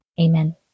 Amen